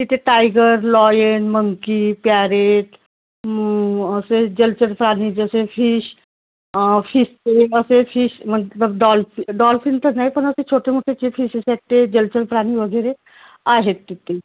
इथे tiger lion monkey parrot असे जलचर प्राणी जसे फिश अं फिशचे तसेच फिश म्हटलं डॉल्फि डॉल्फिन तर नाही पण असे छोटे मोठे जे फिशेस् आहेत ते जलचर प्राणी वगैरे आहेत तिथे